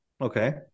Okay